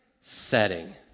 setting